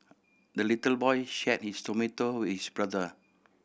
the little boy shared his tomato with his brother